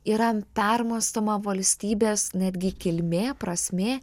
yra permąstoma valstybės netgi kilmė prasmė